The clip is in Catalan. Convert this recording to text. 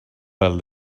pel